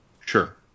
Sure